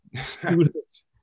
students